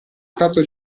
stato